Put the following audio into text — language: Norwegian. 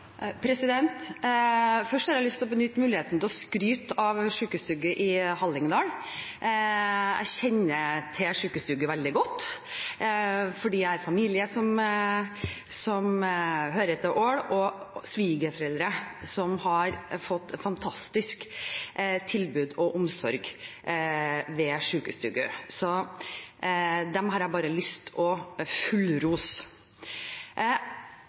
Først har jeg lyst til å benytte muligheten til å skryte av Hallingdal sjukestugu. Jeg kjenner veldig godt til den fordi jeg har familie som hører til Ål, og svigerforeldre som har fått fantastisk tilbud og omsorg der. Jeg har bare lyst til å